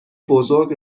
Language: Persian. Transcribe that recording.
بزرگ